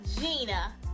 Gina